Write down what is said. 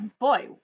Boy